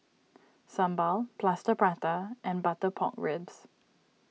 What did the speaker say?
Sambal Plaster Prata and Butter Pork Ribs